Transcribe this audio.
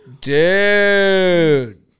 dude